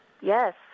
Yes